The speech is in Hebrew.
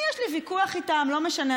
יש לי ויכוח איתם, לא משנה.